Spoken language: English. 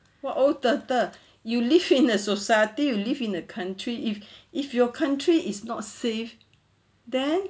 what old turtle you live in a society you live in the country if if your country is not safe then